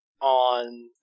on